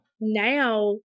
Now